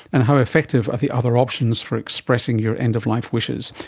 and how effective are the other options for expressing your end-of-life wishes?